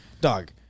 dog